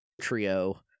Trio